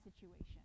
situation